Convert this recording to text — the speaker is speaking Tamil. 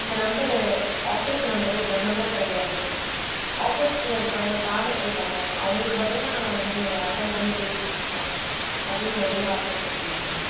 இந்த நம்பரை ஆஃபிஸ் நம்பரு என் நம்பரு கிடையாது ஆஃபிஸ்ல இருக்கிறவங்க சாப்பிட போயிட்டாங்கள் அவங்களுக்கு பதிலாக நான் வந்து அட்டன் பண்ணி பேசிகிட்ருக்கேன் அப்படின்னு ஒரே வார்த்தையில் சொல்லிட்டாங்கள்